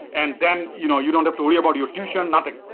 and then you know you don't have to worry about your tuition, nothing.